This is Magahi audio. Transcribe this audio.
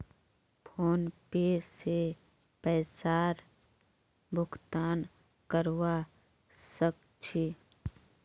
फोनपे से पैसार भुगतान करवा सकछी